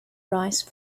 rice